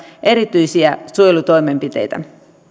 erityisiä suojelutoimenpiteitä